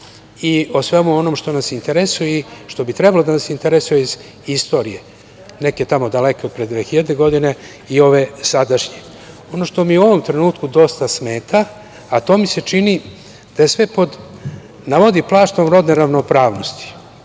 interesuje i što bi trebalo da nas interesuje iz istorije neke tamo daleke od pre 2000. godine i ove sadašnje. Ono što mi u ovom trenutku dosta smeta, a to mi se čini da je sve pod navodi plaštom rodne ravnopravnosti,